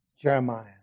Jeremiah